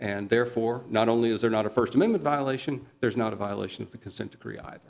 and therefore not only is there not a first amendment violation there is not a violation of the consent decree